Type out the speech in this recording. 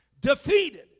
defeated